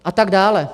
A tak dále.